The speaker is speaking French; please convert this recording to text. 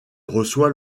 reçoit